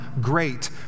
great